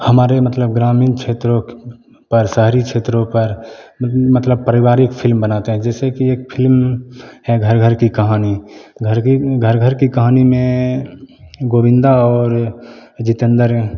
हमारे मतलब ग्रामीण क्षेत्रों पर शहरी क्षेत्रों पर मतलब परिवारिक फिल्म बनाते हैं क जैसे कि एक फिल्म है घर घर की कहानी घर की घर घर की कहानी में गोविंदा और जीतेंद्र